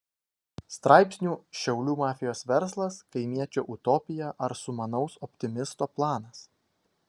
straipsnių šiaulių mafijos verslas kaimiečio utopija ar sumanaus optimisto planas